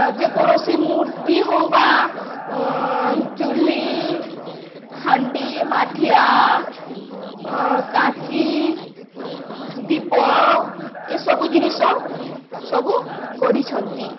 ଯେକୌଣସି ମୂର୍ତ୍ତି ହଉ ବା ଚୁଲି ହାଣ୍ଡି ମାଠିଆ କାଚି ଦୀପ ଏସବୁ ଜିନିଷ ସବୁ ଗଢ଼ିଛନ୍ତି